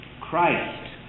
Christ